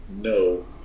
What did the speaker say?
no